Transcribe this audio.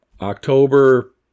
October